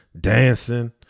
dancing